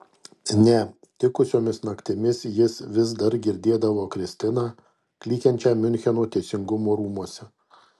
ne tikusiomis naktimis jis vis dar girdėdavo kristiną klykiančią miuncheno teisingumo rūmuose